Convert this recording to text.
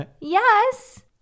yes